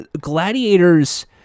Gladiators